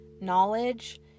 Knowledge